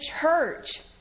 church